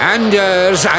Anders